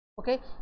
okay